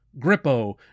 Grippo